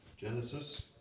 Genesis